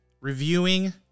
reviewing